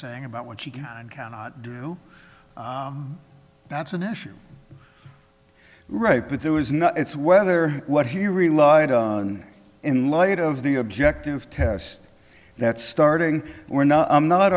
saying about what she can and cannot do that's an issue right but there was no it's whether what he relied on in light of the objective test that's starting or not i'm not